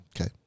Okay